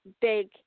big